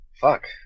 fuck